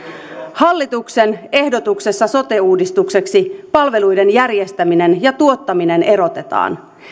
hallituksen ehdotuksessa sote uudistukseksi palveluiden järjestäminen ja tuottaminen erotetaan